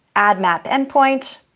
add map endpoint,